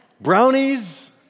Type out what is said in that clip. Brownies